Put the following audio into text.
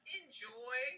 enjoy